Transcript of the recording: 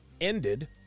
ended